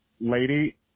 lady